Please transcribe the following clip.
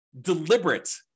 deliberate